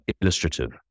illustrative